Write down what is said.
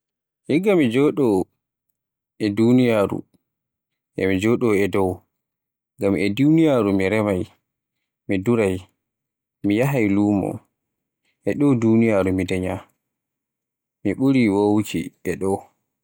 Igga mi joɗo e Duniyaaru e mi joɗo e dow, ngam.e duniyaaru mi remay, mi duraay, mi yahaay lumo, e do duniyaaru mi danya, mi ɓuri woɗuuki e do.